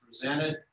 presented